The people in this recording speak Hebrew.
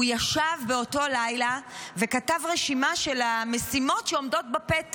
הוא ישב באותו לילה וכתב רשימה של המשימות שעומדות בפתח.